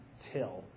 till